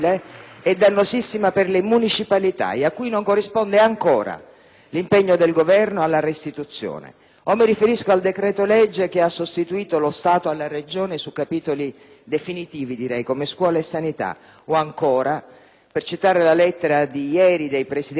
l'impegno del Governo alla restituzione. *(Applausi dal Gruppo PD).* Mi riferisco anche al decreto-legge che ha sostituito lo Stato alle Regioni su capitoli definitivi come scuola e sanità o ancora, per citare la lettera di ieri dei Presidenti delle Regioni, alla gestione del Fondo sociale europeo; e potrei continuare.